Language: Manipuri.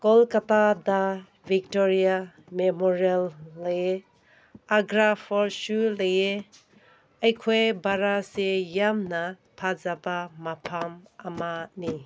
ꯀꯣꯜꯀꯇꯥꯗ ꯚꯤꯛꯇꯣꯔꯤꯌꯥ ꯃꯦꯃꯣꯔꯤꯌꯦꯜ ꯂꯩꯌꯦ ꯑꯒ꯭ꯔꯥ ꯐꯣꯔꯠꯁꯨ ꯂꯩꯌꯦ ꯑꯩꯈꯣꯏ ꯚꯥꯔꯠꯁꯦ ꯌꯥꯝꯅ ꯐꯖꯕ ꯃꯐꯝ ꯑꯃꯅꯤ